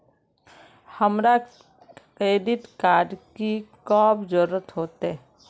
हमरा credit card की कब जरूरत होते?